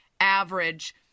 average